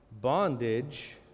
bondage